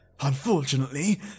Unfortunately